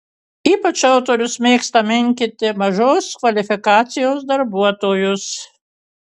ypač autorius mėgsta menkinti mažos kvalifikacijos darbuotojus